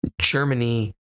Germany